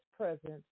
presence